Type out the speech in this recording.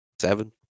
seven